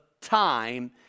time